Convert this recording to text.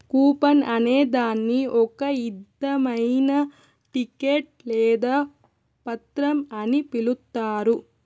coupon అనే దాన్ని ఒక ఇధమైన టికెట్ లేదా పత్రం అని పిలుత్తారు